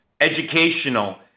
educational